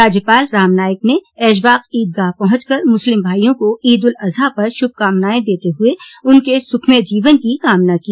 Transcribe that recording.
राज्यपाल रामनाईक ने ऐशबाग ईदगाह पहुंच कर मुस्लिम भाईयों को ईद उल अजहा पर शुभकामनाएं देते हुए उनके सुखमय जीवन की कामना की